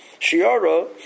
shiara